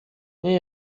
nie